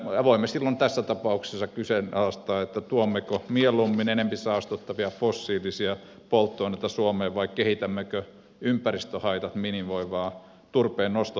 voimme silloin tässä tapauksessa kyseenalaistaa että tuommeko mieluummin enempi saastuttavia fossiilisia polttoaineita suomeen vai kehitämmekö ympäristöhaitat minimoivaa turpeen nostoteknologiaa